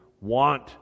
want